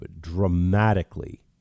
Dramatically